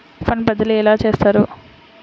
Fund బదిలీ ఎలా చేస్తారు?